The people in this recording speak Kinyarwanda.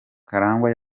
karangwa